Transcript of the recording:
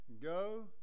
Go